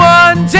one